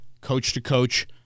coach-to-coach